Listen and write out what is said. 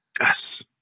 Yes